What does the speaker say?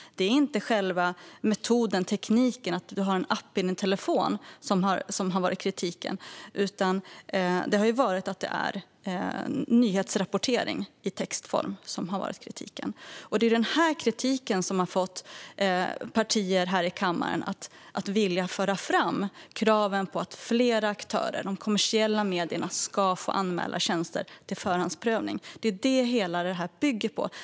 Det är inte själva metoden eller tekniken, att man har en app i sin telefon, som kritiken har gällt, utan att det har handlat om nyhetsrapportering i textform. Det är denna kritik som har fått partier här i kammaren att vilja föra fram krav på att fler aktörer och de kommersiella medierna ska få anmäla tjänster till förhandsprövning. Det hela bygger på just detta.